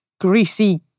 greasy